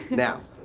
now,